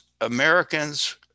Americans